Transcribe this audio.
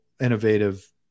innovative